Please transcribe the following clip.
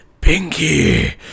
Pinky